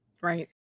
Right